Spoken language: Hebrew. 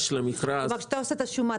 כשאתה עושה את השומה,